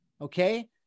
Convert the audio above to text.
okay